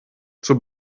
zur